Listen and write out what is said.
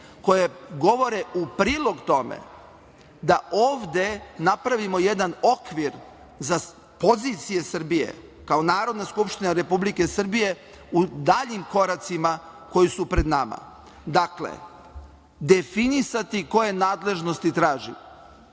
koje govore u prilog tome da ovde napravimo jedan okvir za pozicije Srbije kao Narodna skupština Republike Srbije u daljim koracima koji su pred nama. Dakle, definisati koje nadležnosti tražimo.